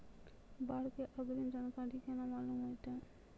बाढ़ के अग्रिम जानकारी केना मालूम होइतै?